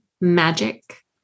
magic